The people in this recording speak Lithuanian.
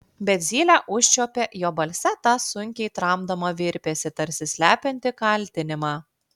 bet zylė užčiuopė jo balse tą sunkiai tramdomą virpesį tarsi slepiantį kaltinimą